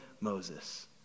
Moses